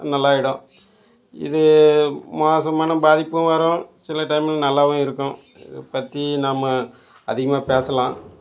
நல்லாகிடும் இது மோசமான பாதிப்பும் வரும் சில டைமில் நல்லாவும் இருக்கும் இதை பற்றி நம்ம அதிகமாக பேசலாம்